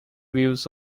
views